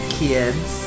kids